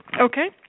Okay